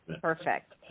Perfect